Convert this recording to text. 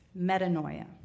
metanoia